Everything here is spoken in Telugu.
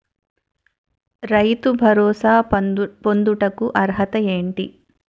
రైతు భరోసా పొందుటకు అర్హత ఏంటి?